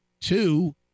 two